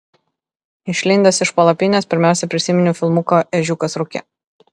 išlindęs iš palapinės pirmiausia prisiminiau filmuką ežiukas rūke